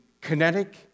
kinetic